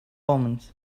omens